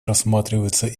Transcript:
рассматривается